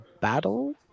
battle